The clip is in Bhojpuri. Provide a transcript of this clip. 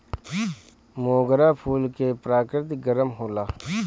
मोगरा फूल के प्रकृति गरम होला